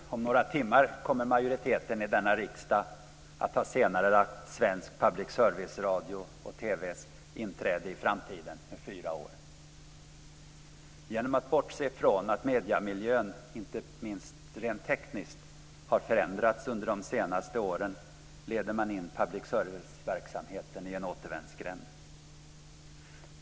Fru talman! Om några timmar kommer majoriteten i denna riksdag att ha senarelagt svensk public service-radios och TV:s inträde i framtiden med fyra år. Genom att bortse från att mediemiljön, inte minst rent tekniskt, har förändrats under de senaste åren leder man in public service-verksamheten i en återvändsgränd.